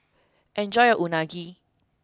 enjoy your Unagi